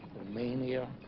romania